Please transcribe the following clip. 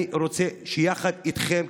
אני רוצה שיחד איתכם,